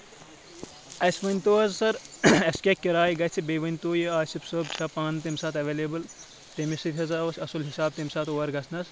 اَسہِ ؤنۍ تو حظ سَر اَسہِ کیاہ کِراے گژھِ بیٚیہِ ؤنۍ تو یہِ آسف صٲب چھا پانہٕ تَمہِ ساتہٕ اؠویلیبٔل تٔمِس سۭتۍ حظ آو اَسہِ اصل حِساب تمہِ ساتہٕ اور گژھنَس